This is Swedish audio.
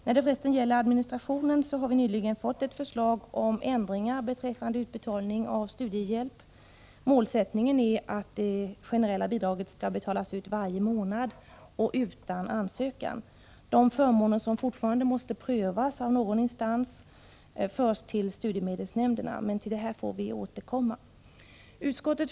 När det gäller administrationen har vi för resten nyligen fått ett förslag om ändringar beträffande utbetalningen av studiehjälpen. Målsättningen är att det generella bidraget skall betalas ut varje månad utan ansökan. De förmåner som fortfarande måste prövas av någon instans förs till studiemedelsnämnderna. Men till detta får vi återkomma.